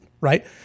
right